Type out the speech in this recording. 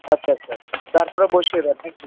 আচ্ছা আচ্ছা তারপরে বসিয়ে দেন নাকি